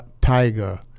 Tiger